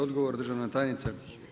Odgovor državna tajnica.